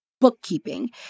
Bookkeeping